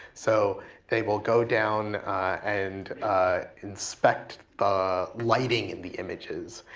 so they will go down and inspect lighting in the images.